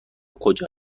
کجا